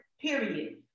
period